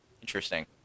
Interesting